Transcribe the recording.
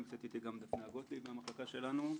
נמצאת אתי גם דפנה גוטליב מהמחלקה שלנו,